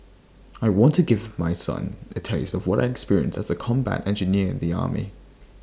I wanted give my son A taste of what I experienced as A combat engineer in the army